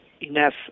enough